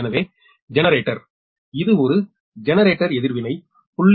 எனவே ஜெனரேட்டர் இது ஒரு ஜெனரேட்டர் எதிர்வினை 0